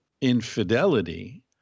infidelity